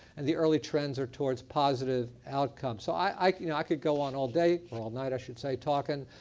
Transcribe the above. and the early trends are towards positive outcomes. so i you know i could go on all day or all night, i should say, talking.